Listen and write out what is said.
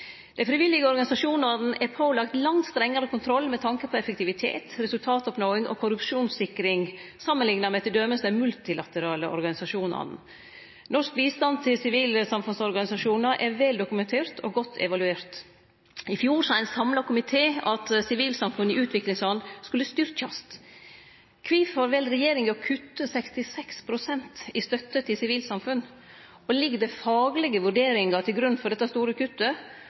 Dei frivillige organisasjonane er pålagde langt strengare kontroll med tanke på effektivitet, resultatoppnåing og korrupsjonssikring samanlikna med t.d. dei multilaterale organisasjonane. Norsk bistand til sivile samfunnsorganisasjonar er vel dokumentert og godt evaluert. I fjor sa ein samla komité at sivilsamfunnet i utviklingsland skulle styrkjast. Kvifor vel regjeringa å kutte 66 pst. i støtte til sivilsamfunn? Ligg det faglege vurderingar til grunn for dette store kuttet,